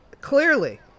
Clearly